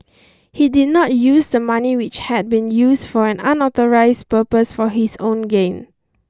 he did not use the money which had been used for an unauthorised purpose for his own gain